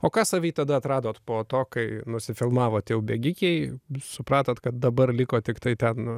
o ką savy tada atradot po to kai nusifilmavot jau bėgikėj supratot kad dabar liko tiktai ten